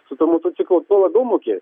su tuo motociklu tuo labiau mugė